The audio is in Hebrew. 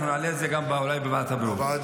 נעלה את זה אולי גם בוועדת הבריאות.